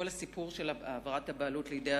כל הסיפור של העברת הבעלות לידי